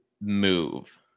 move